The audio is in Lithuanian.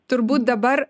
turbūt dabar